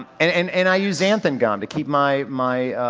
and and and, and i use xanthan gum to keep my, my